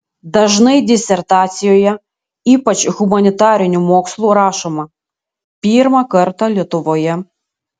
dažnai disertacijoje ypač humanitarinių mokslų rašoma pirmą kartą lietuvoje